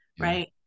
Right